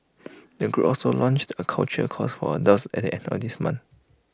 the group also launch A cultural course for adults at the end of this month